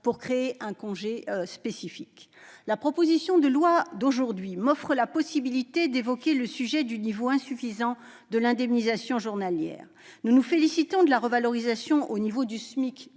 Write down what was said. en créant un congé spécifique. La proposition de loi que nous discutons aujourd'hui m'offre la possibilité d'évoquer le montant insuffisant de l'indemnisation journalière. Nous nous félicitons de la revalorisation au niveau du SMIC